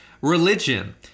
religion